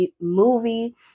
movie